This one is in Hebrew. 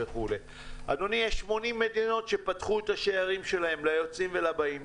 יש 80 מדינות שפתחו שעריהן ליוצאים ולבאים.